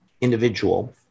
individual